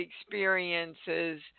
experiences